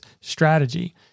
strategy